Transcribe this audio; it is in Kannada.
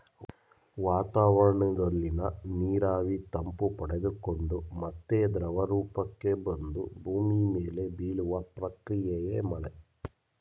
ವಾತಾವರಣದಲ್ಲಿನ ನೀರಾವಿ ತಂಪು ಪಡೆದುಕೊಂಡು ಮತ್ತೆ ದ್ರವರೂಪಕ್ಕೆ ಬಂದು ಭೂಮಿ ಮೇಲೆ ಬೀಳುವ ಪ್ರಕ್ರಿಯೆಯೇ ಮಳೆ